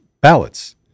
ballots